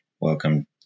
welcome